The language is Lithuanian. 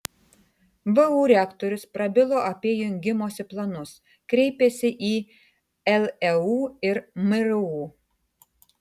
vu rektorius prabilo apie jungimosi planus kreipėsi į leu ir mru